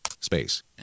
Space